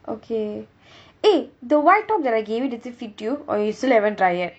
okay eh the white top that I gave it~ does it fit you or you still haven't try yet